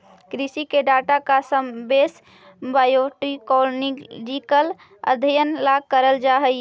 कृषि के डाटा का समावेश बायोटेक्नोलॉजिकल अध्ययन ला करल जा हई